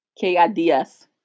K-I-D-S